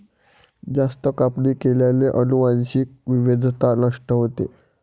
जास्त कापणी केल्याने अनुवांशिक विविधता नष्ट होते